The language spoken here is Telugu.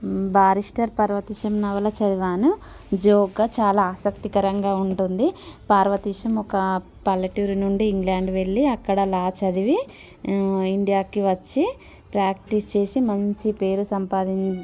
బారిస్టార్ పార్వతీశం నవల చదివాను జోక్గా చాలా ఆసక్తికరంగా ఉంటుంది పార్వతీశం ఒక పల్లెటూరి నుండి ఇంగ్లాండ్ వెళ్ళి అక్కడ లా చదివి ఇండియాకి వచ్చి ప్రాక్టీస్ చేసి మంచి పేరు సంపాదిం